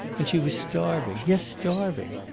and she was starving yes, starving.